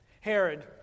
Herod